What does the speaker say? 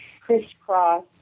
crisscross